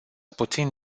puțin